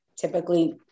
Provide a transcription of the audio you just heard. typically